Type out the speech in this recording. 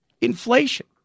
Inflation